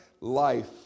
life